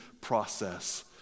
process